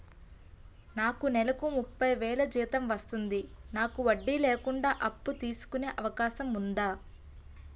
నాకు నేలకు ముప్పై వేలు జీతం వస్తుంది నాకు వడ్డీ లేకుండా అప్పు తీసుకునే అవకాశం ఉందా